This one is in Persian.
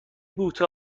بوته